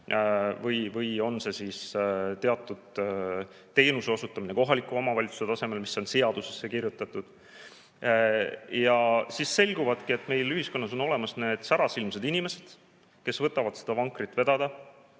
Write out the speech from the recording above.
või on see teatud teenuse osutamine kohaliku omavalitsuse tasemel, mis on seadusesse kirjutatud. Ja siis selgubki, et meil ühiskonnas on olemas need särasilmsed inimesed, kes võtavad seda vankrit vedada,